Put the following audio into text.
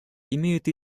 имеют